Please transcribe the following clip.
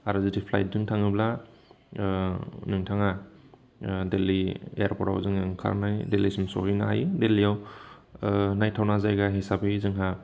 आरो जुदि फ्लाइटजों थाङोब्ला नोंथाङा दिल्ली एयारपर्टआव जोङो ओंखारनाय दिल्लीसिम सहैनो हायो दिल्लीयाव नायथावना जायगा हिसाबै जोंहा